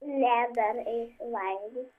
ne dar eisiu valgyt